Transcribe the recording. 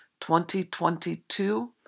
2022